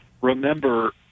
remember